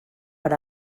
per